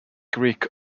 greek